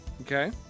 Okay